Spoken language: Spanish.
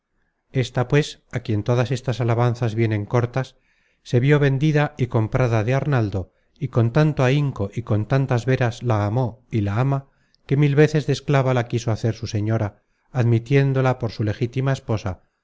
esta pues á quien todas estas alabanzas vienen cortas se vió vendida y comprada de arnaldo y con tanto ahinco y con tantas véras la amó y la ama que mil veces de esclava la quiso hacer su señora admitiéndola por su legítima esposa